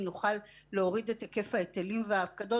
אם נוכל להוריד את היקף ההיטלים וההפקדות,